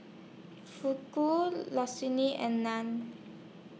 Fugu and Naan